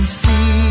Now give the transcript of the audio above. see